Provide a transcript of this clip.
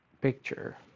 picture